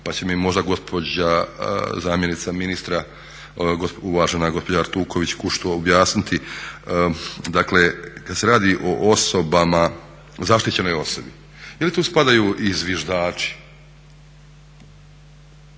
pa će mi možda gospođa zamjenica ministra, uvaženog gospođa Artuković-Kunšt objasniti, dakle kad se radi o zaštićenoj osobi je li tu spadaju i zviždači.